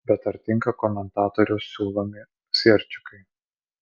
bet ar tinka komentatorių siūlomi sierčikai